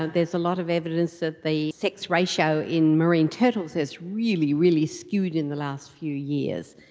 ah there is a lot of evidence that the sex ratio in marine turtles has really, really skewed in the last few years.